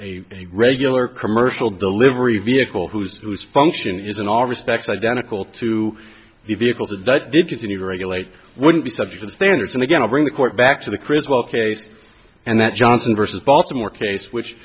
a regular commercial delivery vehicle whose whose function is in all respects identical to the vehicles that did you see regulate wouldn't be subject to standards and again to bring the court back to the criswell case and that johnson versus baltimore case which